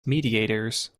mediators